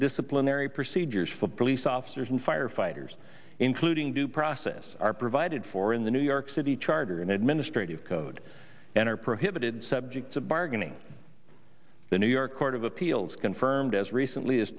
disciplinary procedures for police officers and firefighters including due process are provided for in the new york city charter and administrative code and are prohibited subject to bargaining the new york court of appeals confirmed as recently as